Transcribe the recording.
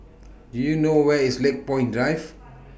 Do YOU know Where IS Lakepoint Drive